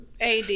AD